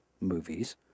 movies